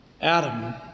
Adam